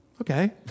Okay